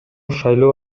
шайлоо